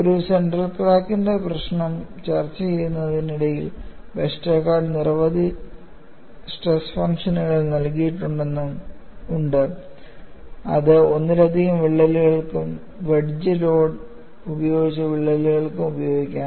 ഒരു സെൻട്രൽ ക്രാക്കിന്റെ പ്രശ്നം ചർച്ച ചെയ്യുന്നതിനിടയിലും വെസ്റ്റർഗാർഡ് നിരവധി സ്ട്രെസ് ഫംഗ്ഷനുകൾ നൽകിയിട്ടുണ്ട് അത് ഒന്നിലധികം വിള്ളലുകൾക്കും വെഡ്ജ് ലോഡ് ഉപയോഗിച്ച് വിള്ളലുകൾക്കും ഉപയോഗിക്കാം